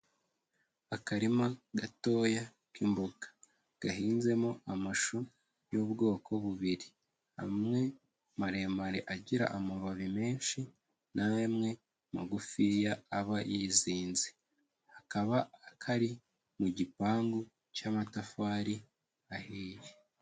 Akarima gatoya k'imboga gahinzemo amashu y'ubwoko bubiri, amwe maremare agira amababi menshi n'amwe magufiya aba yizinze, kakaba kari mu gipangu cy'amatafari ahiye.